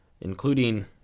including